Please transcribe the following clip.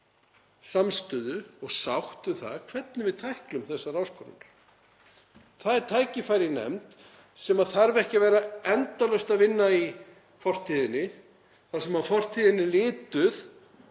samstöðu og sátt um það hvernig við tæklum þessar áskoranir. Það er tækifæri í nefnd sem þarf ekki að vera endalaust að vinna í fortíðinni, sem er lituð